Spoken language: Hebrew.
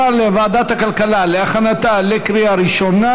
לוועדת הכלכלה להכנתה לקריאה ראשונה.